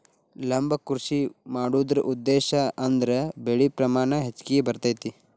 ಲಂಬ ಕೃಷಿ ಮಾಡುದ್ರ ಉದ್ದೇಶಾ ಅಂದ್ರ ಬೆಳೆ ಪ್ರಮಾಣ ಹೆಚ್ಗಿ ಬರ್ತೈತಿ